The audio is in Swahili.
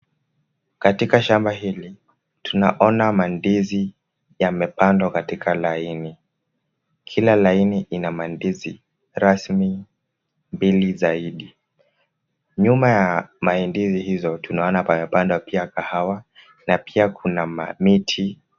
Katika shamba hili tunaona mandizi yamepandwa katika laini. Kila laini ina mandizi rasmi mbili zaidi. Nyuma ya mandizi hizo, tunaona pamepandwa pia kahawa na pia kuna mamiti.